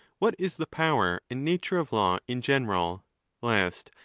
what is the power and nature of law in general lest,